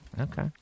Okay